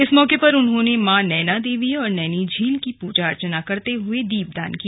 इस मौके पर उन्होंने मां नैना देवी और नैनी झील की पूजा अर्चना करते हुए दीपदान किया